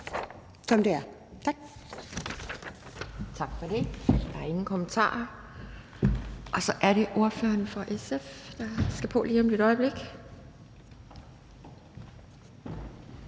Kjærsgaard): Tak for det. Der er ingen kommentarer, og så er det ordføreren for SF, der skal på lige om et øjeblik.